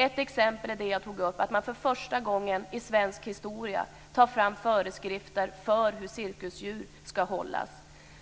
Ett exempel är det jag tog upp, nämligen att man för första gången i svensk historia tar fram föreskrifter för hur cirkusdjur ska hållas.